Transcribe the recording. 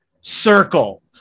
circle